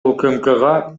укмкга